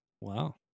Wow